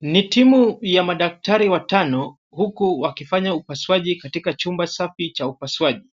Ni timu ya madaktari watano huku wakafanya upasuaji katika chumba safi cha upasuaji.